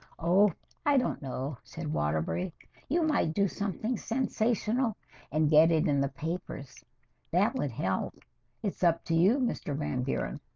oh i don't know said water break you might do something sensational and get it in the papers that would help it's up to you, mr. van buren